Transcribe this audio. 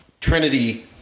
trinity